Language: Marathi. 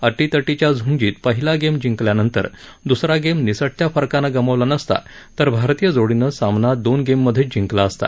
अटीतटीच्या झूंजीत पहिला गेम जिंकल्यानंतर द्सरा गेम निसटत्या फरकानं गमावला नसता तर भारतीय जोडीनं सामना दोन गेम मध्येच जिंकला असता